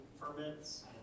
permits